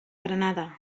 granada